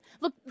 Look